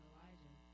Elijah